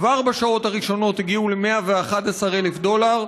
וכבר בשעות הראשונות הגיעו ל-111,000 דולר.